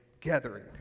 gathering